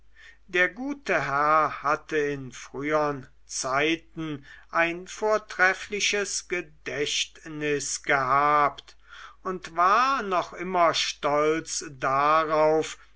der gute herr hatte in frühern zeiten ein vortreffliches gedächtnis gehabt und war noch immer stolz darauf